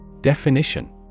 Definition